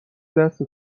دست